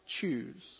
choose